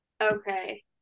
okay